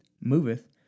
moveth